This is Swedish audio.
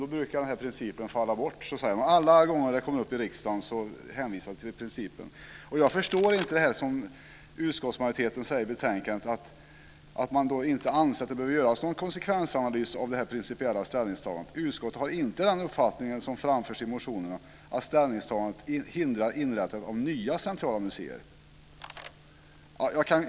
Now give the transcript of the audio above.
Då brukar den här principen fall bort, men alla gånger det kommer upp i riksdagen hänvisar man till principen. Jag förstår inte det som utskottsmajoriteten säger i betänkandet, att man inte anser att det behöver göras någon konsekvensanalys av det här principiella ställningstagandet. Utskottet har inte den uppfattningen, som framförs i motionerna, att ställningstagandet hindrar inrättandet av nya centrala museer.